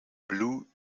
blue